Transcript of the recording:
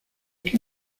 que